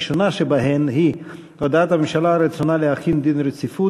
הראשונה שבהן היא על הודעת הממשלה על רצונה להחיל דין רציפות